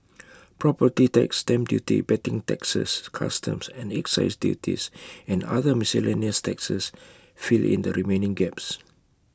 property tax stamp duty betting taxes customs and excise duties and other miscellaneous taxes fill in the remaining gaps